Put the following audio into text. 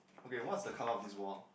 okay what's the color of this